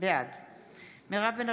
אינו נוכח ולדימיר בליאק,